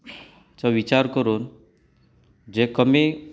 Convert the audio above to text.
चो विचार करून जे कमी